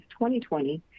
2020